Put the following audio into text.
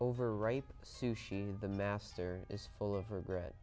overripe sushi the master is full of regret